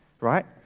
right